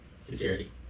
security